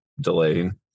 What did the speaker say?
delaying